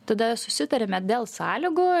tada susitariame dėl sąlygų